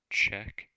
check